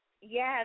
Yes